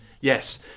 yes